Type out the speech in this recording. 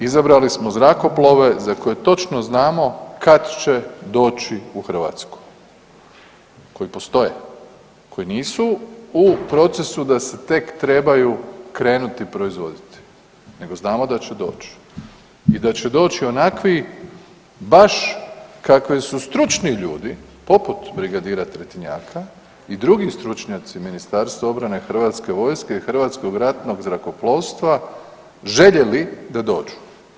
Izabrali smo zrakoplove za koje točno znamo kad će doći u Hrvatsku, koji postoje, koji nisu u procesu da se tek trebaju krenuti proizvoditi, nego znamo da će doć i da će doći onakvi baš kakve su stručni ljudi poput brigadira Tretinjaka i drugi stručnjaci Ministarstva obrane HV-a i Hrvatskog ratnog zrakoplovstva željeli da dođu.